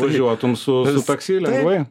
važiuotum su taksi lengvai